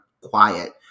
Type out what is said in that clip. quiet